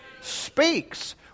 speaks